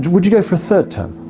would you go for a third term?